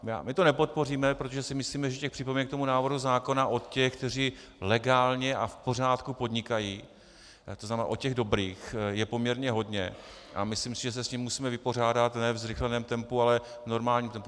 My to nepodpoříme, protože si myslíme, že připomínek k tomu návrhu zákona od těch, kteří legálně a v pořádku podnikají, to znamená od těch dobrých, je poměrně hodně a myslím si, že se s tím musíme vypořádat ne ve zrychleném tempu, ale v normálním tempu.